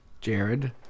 Jared